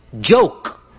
joke